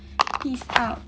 peace out